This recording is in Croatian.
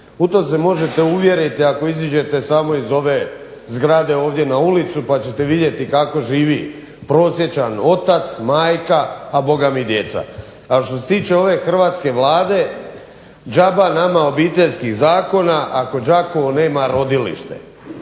U to se možete uvjeriti ako iziđete samo iz ove zgrade ovdje na ulicu, pa ćete vidjeti kako živi prosječan otac, majka, a bogami i djeca. A što se tiče ove hrvatske Vlade, džaba nama obiteljskih zakona, ako Đakovo nema rodilište,